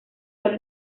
los